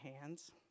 hands